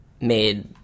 made